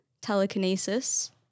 telekinesis